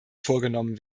vorgenommen